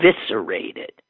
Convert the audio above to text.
eviscerated